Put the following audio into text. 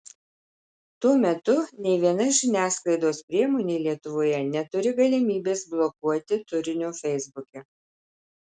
tuo metu nei viena žiniasklaidos priemonė lietuvoje neturi galimybės blokuoti turinio feisbuke